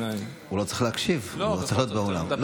הוא לא צריך להקשיב, הוא צריך להיות באולם.